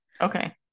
Okay